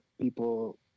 people